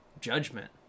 judgment